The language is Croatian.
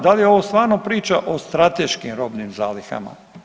Da li je ovo stvarno priča o strateškim robnim zalihama.